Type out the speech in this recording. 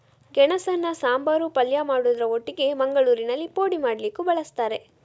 ಗೆಣಸನ್ನ ಸಾಂಬಾರು, ಪಲ್ಯ ಮಾಡುದ್ರ ಒಟ್ಟಿಗೆ ಮಂಗಳೂರಿನಲ್ಲಿ ಪೋಡಿ ಮಾಡ್ಲಿಕ್ಕೂ ಬಳಸ್ತಾರೆ